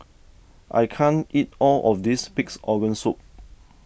I can't eat all of this Pig's Organ Soup